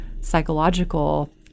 psychological